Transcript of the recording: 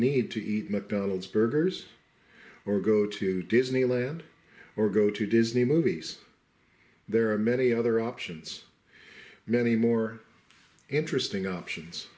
need to eat mcdonald's burgers or go to disneyland or go to disney movies there are many other options many more interesting options